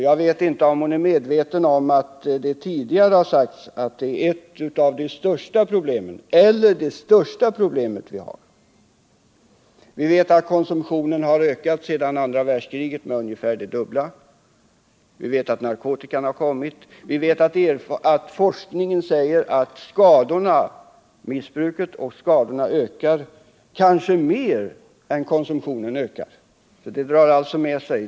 Jag vet inte om hon är medveten om att det har sagts att detta är ett av de största problemen eller t.o.m. det största problem som vi har. Vi vet att alkoholkonsumtionen sedan andra världskriget har ungefär fördubblats. Vi vet att narkotikan har kommit hit. Vi vet att forskningen konstaterat att missbruket och skadorna ökar, kanske mer än konsumtionen ökar.